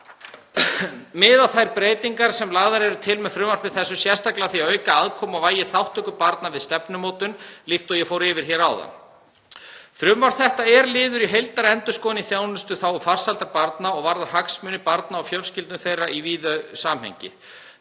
Miða þær breytingar sem lagðar eru til með frumvarpi þessu sérstaklega að því að auka aðkomu og vægi þátttöku barna við stefnumótun, líkt og ég fór yfir hér áðan. Frumvarp þetta er liður í heildarendurskoðun á þjónustu í þágu farsældar barna og varðar hagsmuni barna og fjölskyldna þeirra í víðu samhengi.